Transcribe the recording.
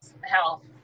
health